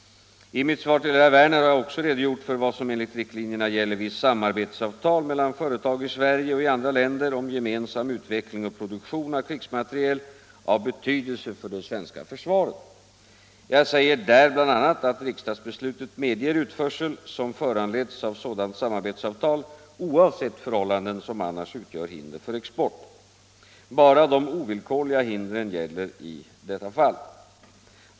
I mitt svar till herr Werner har jag även redogjort för vad som enligt riktlinjerna gäller vid samarbetsavtal mellan företag i Sverige och i andra länder om gemensam utveckling och produktion av krigsmateriel äv betydelse för det svenska försvaret. Jag säger där bl.a. att riksdagsbeslutet medger utförsel som föranleds av sådant samarbetsavtal oavsett förhållanden som annars utgör hinder för export. Bara de ovillkorliga hindren gäller i detta fall.